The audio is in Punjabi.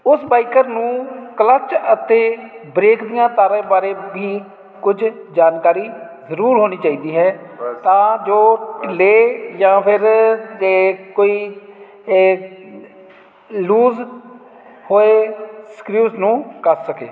ਉਸ ਬਾਈਕਰ ਨੂੰ ਕਲੱਚ ਅਤੇ ਬ੍ਰੇਕ ਦੀਆਂ ਤਾਰਾਂ ਬਾਰੇ ਕੁਝ ਜਾਣਕਾਰੀ ਜ਼ਰੂਰ ਹੋਣੀ ਚਾਹੀਦੀ ਹੈ ਤਾਂ ਜੋ ਢਿੱਲੇ ਜਾਂ ਫਿਰ ਜੇ ਕੋਈ ਏ ਲੂਜ ਹੋਏ ਸਕਰੀਊਸ ਉਸਨੂੰ ਕੱਸ ਸਕੇ